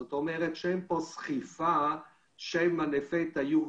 זאת אומרת שאין פה סחיפה שמא לפתע יהיו